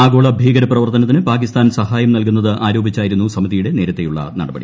ആഗോള ഭീകര പ്രവർത്തനത്തിന്റെ പാകിസ്ഥാൻ സഹായം നൽകുന്നത് ആരോപിച്ചായിരുന്നു സമിതിയുടെ നേരത്തെയുള്ള നടപടി